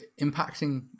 impacting